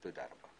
תודה.